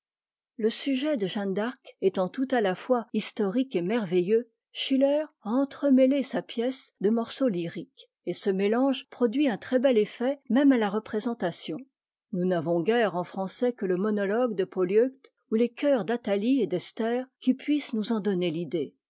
le sujet de jeanne d'arc étant tout à la fois historique et merveilleux schiller a entremêlé sa pièce de morceaux lyriques et ce mélange produit un très bel effet même à la représentation nous n'avons guère en français que le monologue de polyeucte ou les choeurs d'athatie et d'esther qui puissent nous en donner l'idée